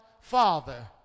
father